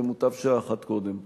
ומוטב שעה אחת קודם.